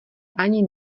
ani